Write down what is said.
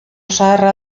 zaharra